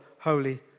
Holy